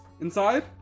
Inside